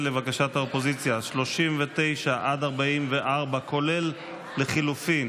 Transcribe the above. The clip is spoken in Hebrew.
לבקשת האופוזיציה, 39 44, כולל חלופותיהן,